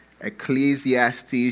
Ecclesiastes